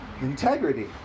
Integrity